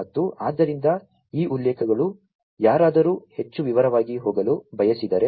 ಮತ್ತು ಆದ್ದರಿಂದ ಈ ಉಲ್ಲೇಖಗಳು ಯಾರಾದರೂ ಹೆಚ್ಚು ವಿವರವಾಗಿ ಹೋಗಲು ಬಯಸಿದರೆ